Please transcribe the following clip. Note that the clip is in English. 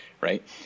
Right